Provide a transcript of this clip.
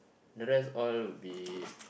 the rest all would be